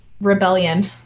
rebellion